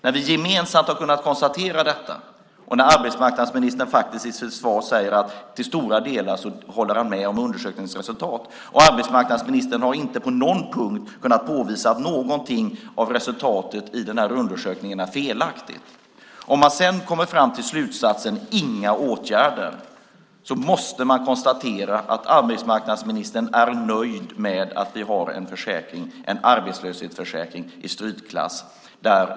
När vi gemensamt har konstaterat detta, och när arbetsmarknadsministern i sitt svar har sagt att han till stora delar håller med om undersökningens resultat, och arbetsmarknadsministern inte på någon punkt har påvisat att något resultat i undersökningen är felaktigt, och han sedan kommer fram till slutsatsen inga åtgärder, måste vi konstatera att arbetsmarknadsministern är nöjd med att vi har en arbetslöshetsförsäkring i strykklass.